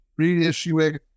reissuing